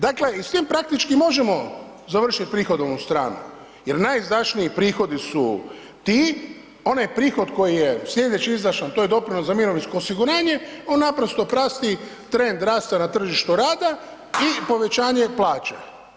Dakle i s tim praktički možemo završiti prihodovnu stranu jer najizdašniji prihodi su ti, onaj prihod koji je sljedeći izdašan, to je doprinos za mirovinsko osiguranje, on naprosto prati trend rasta na tržištu rada i povećanje plaća.